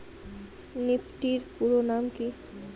Nifty এর পুরোনাম কী?